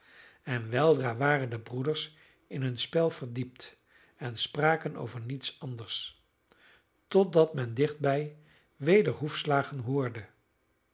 en weldra waren de broeders in hun spel verdiept en spraken over niets anders totdat men dichtbij weder hoefslagen hoorde